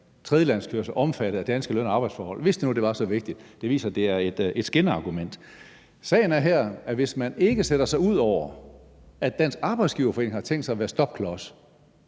tredjelandskørsel omfattet af regler om danske løn- og arbejdsforhold? Det viser, at det er et skinargument. Sagen er her, at hvis man ikke sætter sig ud over, at Dansk Arbejdsgiverforening har tænkt sig at være stopklods,